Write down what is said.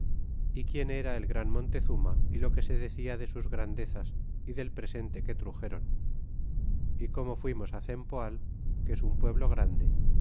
y quién era el gran montezurna y lo que se decia de sus grandezas y del presente que truxéron y como fuimos cempoal que es un pueblo grande